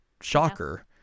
shocker